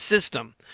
system